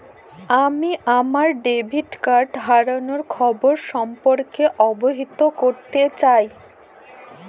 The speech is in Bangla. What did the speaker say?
আমি আমার ডেবিট কার্ড হারানোর খবর সম্পর্কে অবহিত করতে চাই